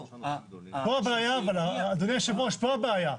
פה הבעיה אבל, אדוני יושב הראש, פה הבעיה.